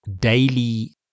daily